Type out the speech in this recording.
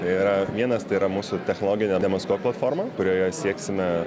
yra vienas tai yra mūsų technologinė demaskuok platforma kurioje sieksime